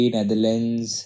Netherlands